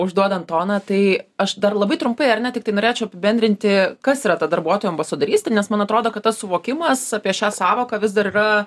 užduodant toną tai aš dar labai trumpai ar ne tiktai norėčiau apibendrinti kas yra ta darbuotojų ambasadorystė nes man atrodo kad tas suvokimas apie šią sąvoką vis dar yra